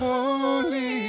Holy